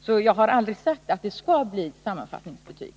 Jag har alltså aldrig sagt att det skall bli sammanfattningsbetyg.